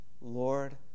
Lord